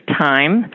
time